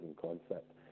concept